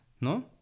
no